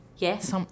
Yes